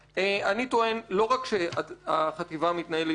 אני טוען שלא רק שהחטיבה מתנהלת ללא פיקוח,